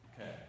Okay